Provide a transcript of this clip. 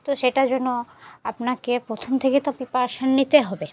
তো সেটার জন্য আপনাকে প্রথম থেকে তো প্রিপারেশন নিতে হবে